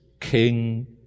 king